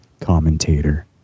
commentator